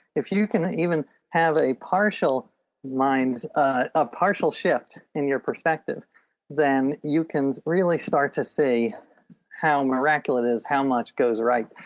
if you can even have a partial mind, a partial shift in your perspective then you can really start to see how miracle it is, how much goes right.